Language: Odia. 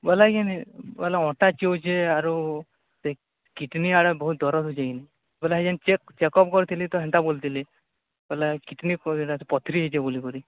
ବୋଲା କିନି ବୋଲେ ଅଣ୍ଟା କିନି ଯେ ଆରୁ ଯେ କିଡ଼ନୀ ଆଡ଼େ ବହୁତ୍ ଦରଜ ହେଉଁଛି ବୋଲେ ଆଜ୍ଞା ଚେକ୍ଅପ୍ କରିଥିଲି ତ ହେନ୍ତା ବୋଲିଥିଲି ବୋଲେ କିଡ଼ନୀ ପଥୁରି ହେଇଛି ବୋଲିକିରି